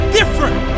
different